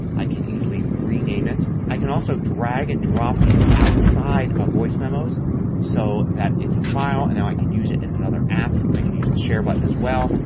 i can even rename it. i can also drag and drop these outside of voice memos so that it's a file and now i can use it in another app. i can use the share button as well.